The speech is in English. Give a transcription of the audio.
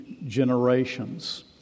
generations